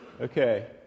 Okay